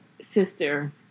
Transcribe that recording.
sister